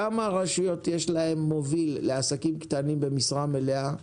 לכמה ישויות יש מוביל לעסקים קטנים במשרה מלאה?